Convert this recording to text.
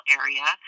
area